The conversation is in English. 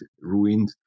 ruined